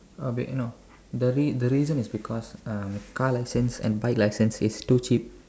I'll be no the rea~ the reason is because uh car license and bike license is too cheap